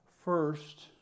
First